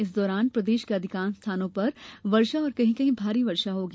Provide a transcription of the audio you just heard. इस दौरान प्रदेश के अधिकांश स्थानों पर वर्षा और कहीं कहीं भारी वर्षा होगी